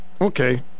Okay